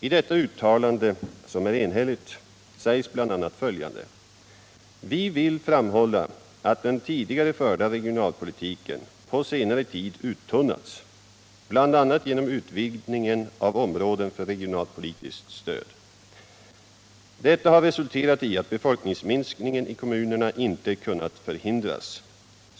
I detta uttalande, som är enhälligt, sägs bl.a. följande: ”Vi vill framhålla att den tidigare förda regionalpolitiken på senare tid uttunnats bl.a. genom utvidgning av områden för regionalpolitiskt stöd. Detta har resulterat i att befolkningsminskningen i kommunerna inte kunnat förhindras.